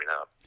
up